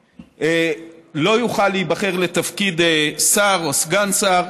לא יוכל להיבחר לתפקיד שר או סגן שר,